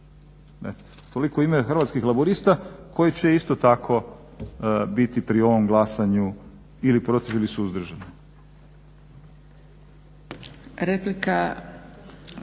toliko u ime Hrvatskih laburista koji će isto tako biti pri ovom glasanju ili protiv ili suzdržani.